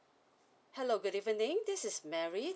hello good evening this is mary